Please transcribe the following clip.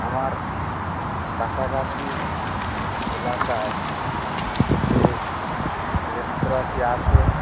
আমার কাছাকাছি এলাকায় যে রেস্তোরাঁটি আছে